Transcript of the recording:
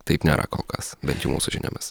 taip nėra kol kas bent jau mūsų žiniomis